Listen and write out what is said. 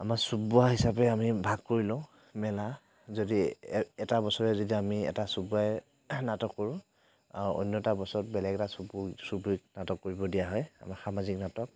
আমাৰ চুকবোৱা হিচাপে আমি ভাগ কৰি লওঁ মেলা যদি এটা বছৰে যদি আমি এটা চুবুৰীয়াই নাটক কৰোঁ অন্য এটা বছৰত বেলেগ এটা চুব চুবুৰীক নাটক কৰিব দিয়া হয় আমাৰ সামাজিক নাটক